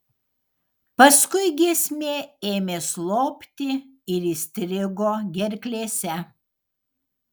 paskui giesmė ėmė slopti ir įstrigo gerklėse